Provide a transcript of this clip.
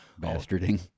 Bastarding